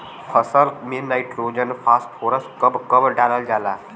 फसल में nitrogen phosphorus कब कब डालल जाला?